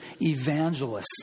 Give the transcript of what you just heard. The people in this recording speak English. evangelists